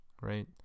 right